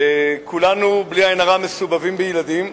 כולנו בלי עין רעה מסובבים בילדים,